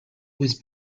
was